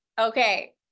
Okay